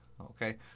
Okay